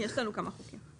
יש לנו כמה חוקים.